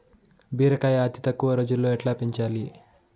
బీరకాయ అతి తక్కువ రోజుల్లో ఎట్లా పెంచాలి?